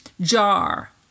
jar